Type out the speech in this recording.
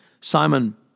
Simon